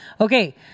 Okay